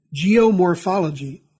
geomorphology